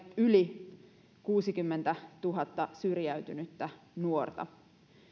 yli kuusikymmentätuhatta syrjäytynyttä nuorta